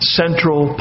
central